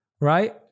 right